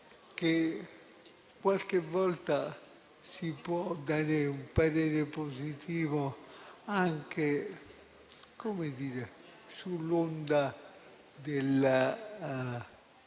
che qualche volta si può dare un parere positivo anche sull'onda del consenso